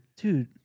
dude